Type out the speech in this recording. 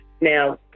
Now